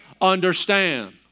understand